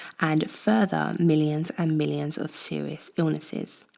and further, millions and millions of serious illnesses.